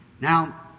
Now